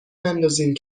نندازین